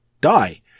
die